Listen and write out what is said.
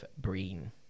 Breen